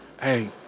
hey